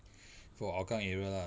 for hougang area lah